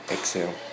Exhale